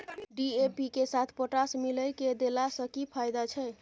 DAP के साथ potash मिललय के देला स की फायदा छैय?